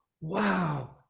wow